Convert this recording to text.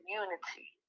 unity